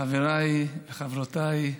חבריי וחברותיי,